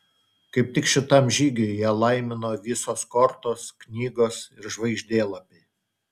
kaip tik šitam žygiui ją laimino visos kortos knygos ir žvaigždėlapiai